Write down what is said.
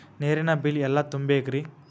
ನೇರಿನ ಬಿಲ್ ಎಲ್ಲ ತುಂಬೇಕ್ರಿ?